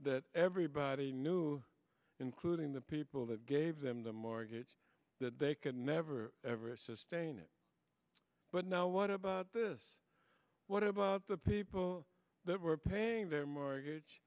that everybody knew including the people that gave them the mortgage that they could never ever sustain it but now what about this what about the people that were paying their mortgage